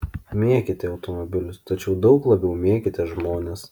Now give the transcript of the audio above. mėkite automobilius tačiau daug labiau mėkite žmones